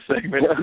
segment